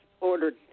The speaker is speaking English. ordered